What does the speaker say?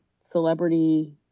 celebrity